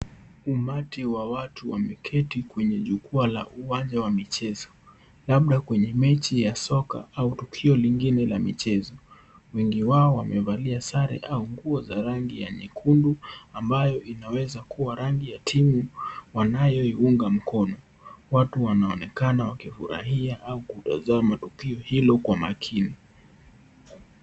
Umati wa watu wameketi kwenye jukwaa la uwanja wa michezo labda kwenye mechi ya soka au tukio lingine la michezo. Wengi wao wamevalia sare au nguo za rangi ya nyekundu ambayo inaweza kuwa rangi ya timu wanayoiunga mkono. Watu wanaonekana wakifurahia au kutazama tukio hilo kwa makini.